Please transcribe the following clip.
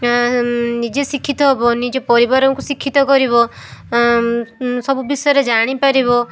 ନିଜେ ଶିକ୍ଷିତ ହବ ନିଜେ ପରିବାରଙ୍କୁ ଶିକ୍ଷିତ କରିବ ସବୁ ବିଷୟରେ ଜାଣିପାରିବ